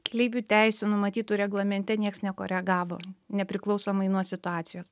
keleivių teisių numatytų reglamente nieks nekoregavo nepriklausomai nuo situacijos